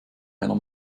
einer